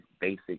basic